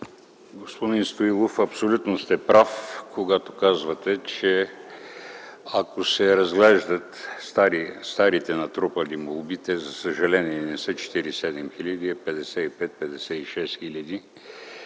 Господин Стоилов, абсолютно сте прав, когато казвате, че ако се разглеждат старите натрупани молби (за съжаление те не са 47 хиляди, а 55-56 хиляди),